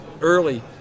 early